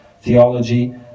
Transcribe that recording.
theology